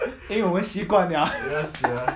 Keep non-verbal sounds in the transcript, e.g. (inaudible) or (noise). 因为我们习惯了 (laughs)